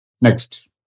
Next